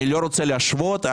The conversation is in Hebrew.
אני לא רוצה להשוות.